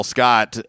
Scott